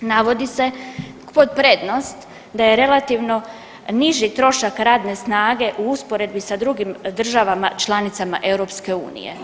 Navodi se pod prednost da je relativno niži trošak radne snage u usporedbi sa drugim državama članicama EU.